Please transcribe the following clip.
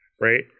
right